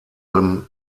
allem